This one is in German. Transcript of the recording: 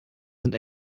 sind